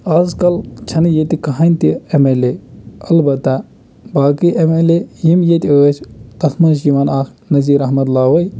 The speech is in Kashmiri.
آز کَل چھنہٕ ییٚتہِ کہٕینۍ تہِ ایم ایل اے اَلبتہ باقٕے ایم ایل اے یِم ییٚتہِ ٲسۍ تَتھ منٛز چھِ یِوان اَکھ نزیٖر احمد لاوَے